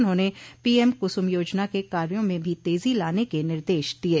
उन्होंने पीएम कुसुम योजना के कार्यो में तेजी लाने के भी निर्देश दिये